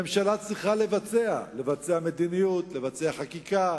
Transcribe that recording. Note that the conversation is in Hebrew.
ממשלה צריכה לבצע, לבצע מדיניות, לבצע חקיקה,